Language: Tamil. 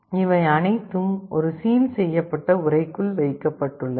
இவை அனைத்தும் ஒரு சீல் செய்யப்பட்ட உறைக்குள் வைக்கப்பட்டுள்ளது